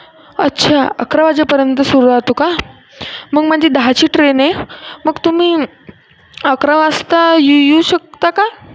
अच्छा अकरा वाजेपर्यंत सुरू राहतो का मग माझी दहाची ट्रेन आहे मग तुम्ही अकरा वाजता येऊ शकता का